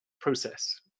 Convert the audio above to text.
process